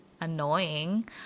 annoying